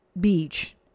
Beach